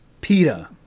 PETA